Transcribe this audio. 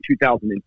2002